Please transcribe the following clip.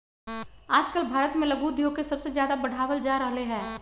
आजकल भारत में लघु उद्योग के सबसे ज्यादा बढ़ावल जा रहले है